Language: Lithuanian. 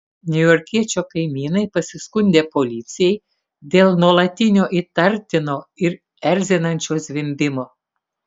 niujorkiečio kaimynai pasiskundė policijai dėl nuolatinio įtartino ir erzinančio zvimbimo